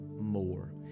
more